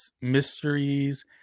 mysteries